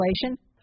inflation